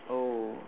oh